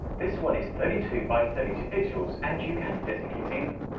this one is thirty two by thirty two pixels and you can physically see them.